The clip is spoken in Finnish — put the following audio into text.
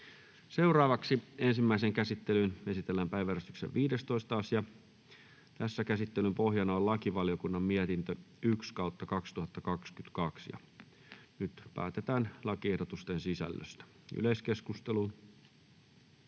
Content: Ensimmäiseen käsittelyyn esitellään päiväjärjestyksen 13. asia. Käsittelyn pohjana on talousvaliokunnan mietintö TaVM 3/2022 vp. Nyt päätetään lakiehdotuksen sisällöstä. — Yleiskeskustelu,